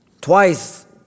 Twice